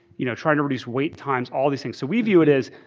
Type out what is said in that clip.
you know trying to reduce wait times, all these things. so we view it as,